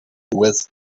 with